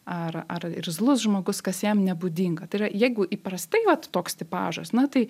ar ar irzlus žmogus kas jam nebūdinga tai yra jeigu įprastai vat toks tipažas na tai